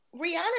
Rihanna